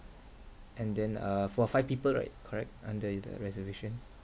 and then uh for five people right correct under uh the reservation